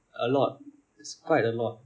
a lot is quite a lot